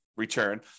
return